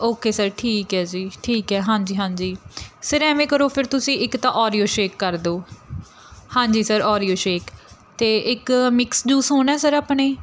okay sir ਠੀਕ ਹੈ ਜੀ ਠੀਕ ਹੈ ਹਾਂਜੀ ਹਾਂਜੀ ਸਰ ਐਵੇਂ ਕਰੋ ਫਿਰ ਤੁਸੀਂ ਇੱਕ ਤਾਂ ਓਰੀਓ ਸ਼ੇਕ ਕਰ ਦਿਓ ਹਾਂਜੀ ਸਰ ਓਰੀਓ ਸ਼ੇਕ ਅਤੇ ਇੱਕ ਮਿਕਸ ਜੂਸ ਹੋਣਾ ਸਰ ਆਪਣੇ